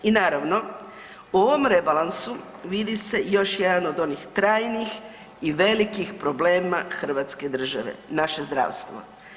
I naravno u ovom rebalansu vidi se još jedan od onih trajnih i velikih problema Hrvatske države, naše zdravstvo.